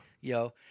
yo